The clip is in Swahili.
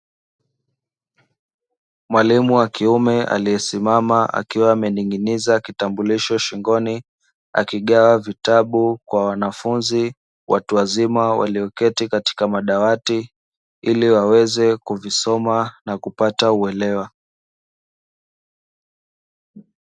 Mwalimu wa kiume aliyesimama akiwa ameng'iniza kitambulisho shingoni, akigawa vitabu kwa wanafunzi watu wazima walioketi katika madawati hili waweze kuvisoma na kupata uelewa.